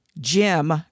Jim